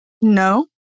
No